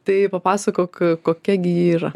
tai papasakok kokia gi ji yra